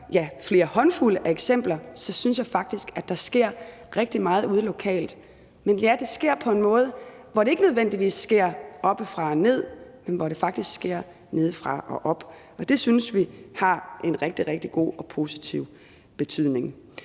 flere håndfulde eksempler synes jeg faktisk at der sker rigtig meget ude lokalt. Men ja, det sker på en måde, hvor det ikke nødvendigvis sker oppefra og ned, men hvor det faktisk sker nedefra og op, og det synes vi har en rigtig, rigtig god og positiv betydning.